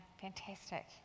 fantastic